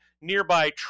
nearby